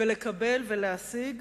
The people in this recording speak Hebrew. ולקבל ולהשיג,